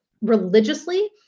religiously